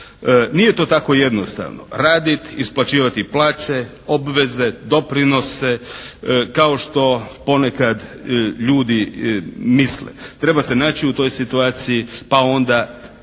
Nije to tako jednostavno. Raditi, isplaćivati plaće, obveze, doprinose kao što ponekad ljudi misle. Treba se naći u toj situaciji pa onda